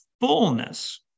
fullness